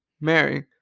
Mary